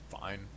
fine